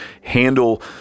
handle